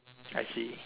I see